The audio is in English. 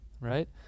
right